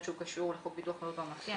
שהוא קשור לחוק ביטוח בריאות ממלכתי,